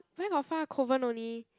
where got far Kovan only